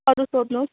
अरू सोध्नुहोस्